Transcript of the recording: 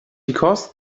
because